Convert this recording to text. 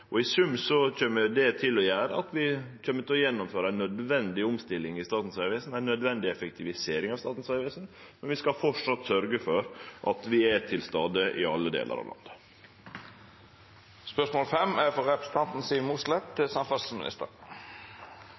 I sum gjer det at vi kjem til å gjennomføre ei nødvendig omstilling i Statens vegvesen, ei nødvendig effektivisering av Statens vegvesen, men vi skal framleis sørgje for at vi er til stades i alle delar av